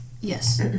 Yes